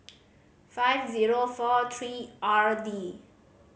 five zero four three R D